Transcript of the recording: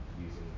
using